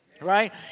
Right